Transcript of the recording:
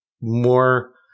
more